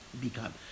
become